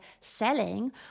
selling